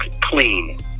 clean